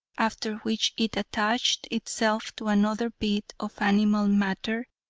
after which it attached itself to another bit of animal matter,